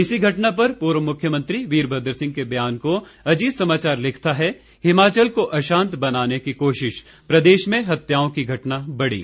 इसी घटना पर पूर्व मुख्यमंत्री वीरभद्र सिंह के बयान को अजीत समाचार लिखता है हिमाचल को अशांत बनाने की कोशिश प्रदेश में हत्याओं की घटना बढ़ी